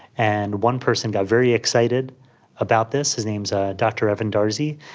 and one person got very excited about this, his name is ah dr evan darzi,